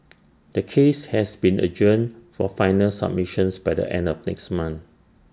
the case has been adjourned for final submissions by the end of next month